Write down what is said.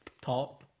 talk